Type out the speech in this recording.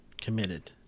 committed